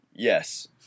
Yes